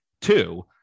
two